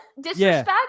disrespect